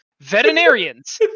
Veterinarians